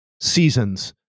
seasons